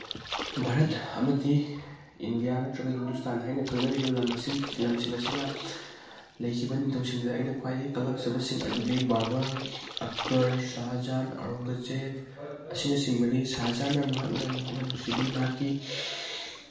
ꯚꯥꯔꯠ ꯑꯃꯗꯤ ꯏꯟꯗꯤꯌꯥ ꯅꯠꯇ꯭ꯔꯒ ꯍꯤꯟꯗꯨꯁꯇꯥꯟ ꯍꯥꯏꯅ ꯈꯪꯅꯔꯤꯕ ꯂꯝꯁꯤꯡ ꯑꯁꯤꯗ ꯂꯩꯈꯤꯕ ꯅꯤꯡꯊꯧꯁꯤꯡꯁꯤꯗ ꯑꯩꯅ ꯈ꯭ꯋꯥꯏꯗꯒꯤ ꯀꯂꯛꯆꯕꯁꯤꯡ ꯑꯗꯨꯗꯤ ꯕꯥꯕꯔ ꯑꯛꯕꯔ ꯁꯍꯥꯖꯍꯥꯟ ꯑꯧꯔꯪꯒꯖꯦꯞ ꯑꯁꯤꯅꯆꯤꯡꯕꯅꯤ ꯁꯍꯥꯖꯍꯥꯟꯅ ꯃꯍꯥꯛꯅ ꯃꯍꯥꯛꯅ ꯅꯨꯡꯁꯤꯕꯤ ꯃꯍꯥꯛꯀꯤ